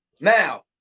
Now